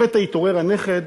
לפתע התעורר הנכד